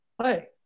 Hi